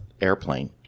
airplane